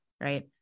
right